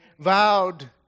vowed